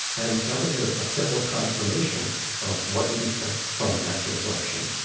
and that was a ah simple confirmation of what you'd expect from natural selection.